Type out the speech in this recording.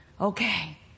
okay